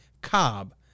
Cobb